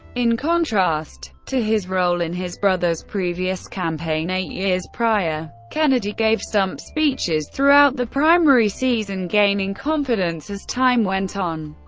in contrast to his role in his brother's previous campaign eight years prior, kennedy gave stump speeches throughout the primary season, gaining confidence as time went on.